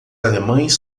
alemães